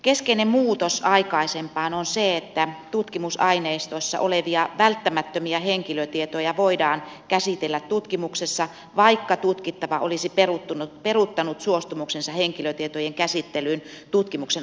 keskeinen muutos aikaisempaan on se että tutkimusaineistossa olevia välttämättömiä henkilötietoja voidaan käsitellä tutkimuksessa vaikka tutkittava olisi peruuttanut suostumuksensa henkilötietojen käsittelyyn tutkimuksen aikana